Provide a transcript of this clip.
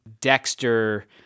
Dexter